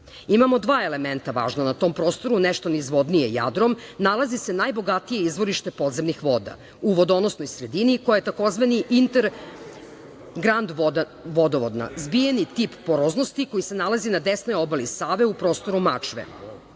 dva elementa važna na tom prostoru, nešto nizvodnije Jadrom nalazi se najbogatija izvorišta podzemnih voda, u vodonosnoj sredini koja je takozvani inter-grand vodovodna, zbijeni tip poroznosti koji se nalazi na desnoj obali Save u prostoru Mačve. Od